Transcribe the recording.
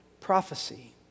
Prophecy